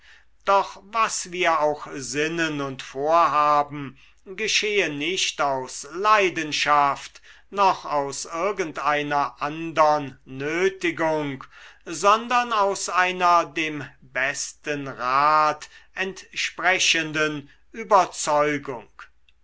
doch was wir auch sinnen und vorhaben geschehe nicht aus leidenschaft noch aus irgendeiner andern nötigung sondern aus einer dem besten rat entsprechenden überzeugung